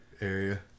area